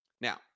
Now